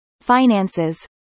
finances